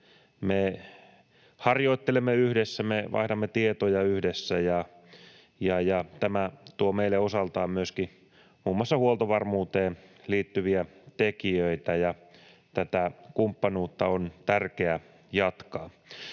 me harjoittelemme yhdessä, me vaihdamme tietoja yhdessä, ja tämä tuo meille osaltaan myöskin muun muassa huoltovarmuuteen liittyviä tekijöitä, ja tätä kumppanuutta on tärkeä jatkaa.